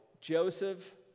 Joseph